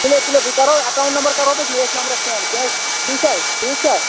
تُلِو تُلِو بہٕ کَرو ایکاوُنٛٹ نمبر کَرو بہٕ ییٚتھ نمبرَس سینٛڈ کیٛازِ ٹھیٖک چھا ٹھیٖک چھا